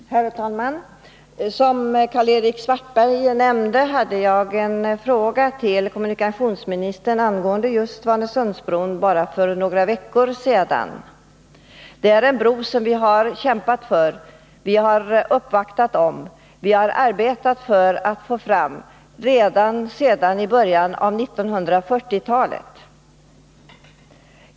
Herr talman! Som Karl-Erik Svartberg nämnde fick jag för bara några veckor sedan svar på en fråga till kommunikationsministern angående just Svanesundsbron. Det är en bro som vi har kämpat för, uppvaktat om och arbetat för ända sedan början av 1940-talet.